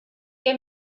què